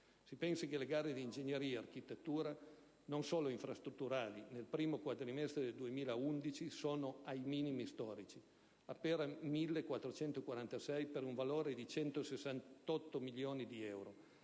Si pensi che le gare di ingegneria e architettura, non solo infrastrutturali, nel primo quadrimestre del 2011 sono ai minimi storici: appena 1.446, per un valore di 168 milioni di euro,